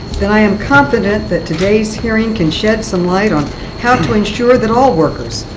then i am confident that today's hearing can shed some light on how to ensure that all workers,